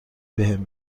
بهم